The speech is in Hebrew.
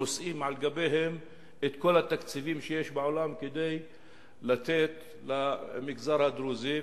נושאים על גבם את כל התקציבים שיש בעולם כדי לתת למגזר הדרוזי,